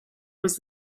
was